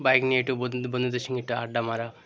bike নিয়ে একটু বন্ধু বন্ধুদের একটু আড্ডা মারা